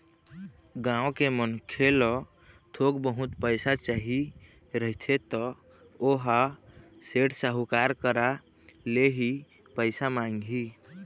गाँव के मनखे ल थोक बहुत पइसा चाही रहिथे त ओहा सेठ, साहूकार करा ले ही पइसा मांगही